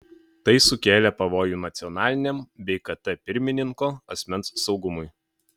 tai sukėlė pavojų nacionaliniam bei kt pirmininko asmens saugumui